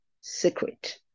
secret